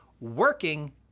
working